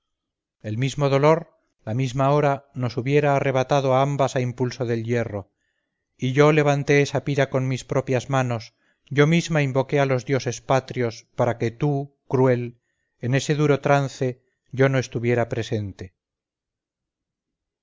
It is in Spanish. el mismo dolor la misma hora nos hubiera arrebatado a ambas a impulso del hierro y yo levanté esa pira con mis propias manos yo misma invoqué a los dioses patrios para que tú cruel en ese duro trance yo no estuviera presente